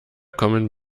kommen